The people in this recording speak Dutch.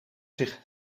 zich